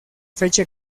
fecha